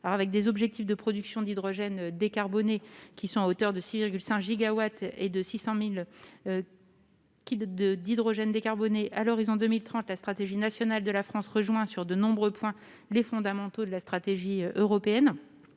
Avec des objectifs de production d'hydrogène décarboné à hauteur de 6,5 gigawatts et 600 000 tonnes à l'horizon 2030, la stratégie nationale de la France rejoint sur de nombreux points les fondamentaux de la stratégie européenne.